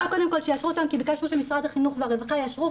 אני רוצה קודם כל שיאשרו אותם כי ביקשנו שמשרד החינוך והרווחה יאשרו,